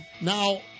Now